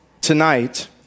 tonight